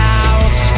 out